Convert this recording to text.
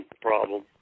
problem